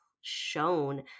shown